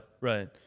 Right